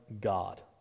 God